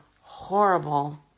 horrible